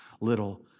little